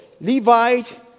Levite